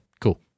Cool